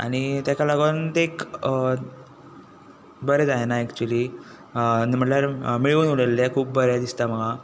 आनी तेका लागून तें एक बरें जायना एक्चुली नी म्हळ्यार मेळून उलयल्लें खूब बरें दिसता म्हाका